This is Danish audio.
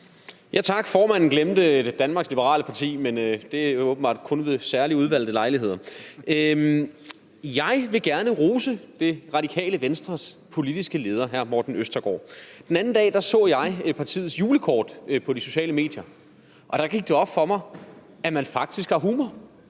Tak. Formanden glemte at sige Danmarks liberale parti, men det er åbenbart kun ved særlig udvalgte lejligheder. Jeg vil gerne rose Det Radikale Venstres politiske leder hr. Morten Østergaard. Den anden dag så jeg partiets julekort på de sociale medier, og der gik op for mig, at man faktisk har humor.